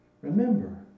remember